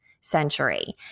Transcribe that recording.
century